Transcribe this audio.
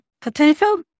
potential